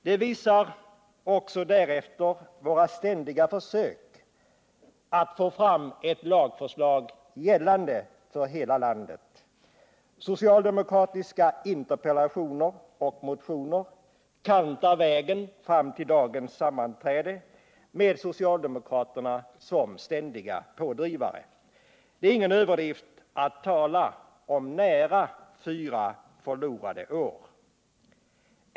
Det visar också därefter våra ständiga försök att få fram ett lagförslag gällande för hela landet. Socialdemokratiska interpellationer och motioner kantar vägen fram till dagens sammanträde med socialdemokraterna som ständiga pådrivare. Det är ingen överdrift att tala om nära fyra förlorade år.